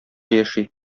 яши